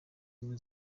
ubumwe